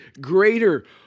greater